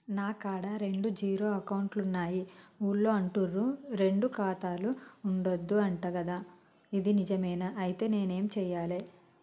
నా కాడా రెండు జీరో అకౌంట్లున్నాయి ఊళ్ళో అంటుర్రు రెండు ఖాతాలు ఉండద్దు అంట గదా ఇది నిజమేనా? ఐతే నేనేం చేయాలే?